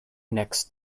next